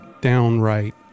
downright